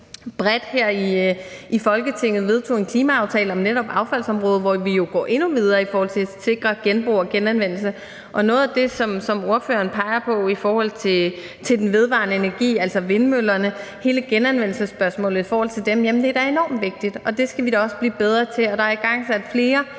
bredt her i Folketinget vedtog en klimaaftale om netop affaldsområdet, hvor vi jo går endnu videre i forhold til at sikre genbrug og genanvendelse. Og med hensyn til det, som ordføreren peger på angående genavnendelsesspørgsmålet i forhold til den vedvarende energi, altså vindmøllerne, så er det da enormt vigtigt, og det skal vi også blive bedre til, og der er igangsat flere